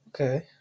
Okay